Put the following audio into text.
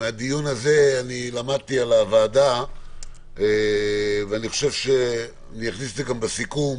מהדיון הזה למדתי על הוועדה ואני אכניס את זה גם לסיכום.